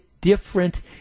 different